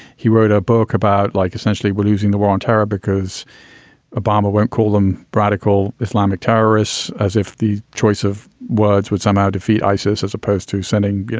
he wrote a book about like essentially, we're losing the war on terror because obama won't call them pratical islamic terrorists, as if the choice of words would somehow defeat isis as opposed to sending,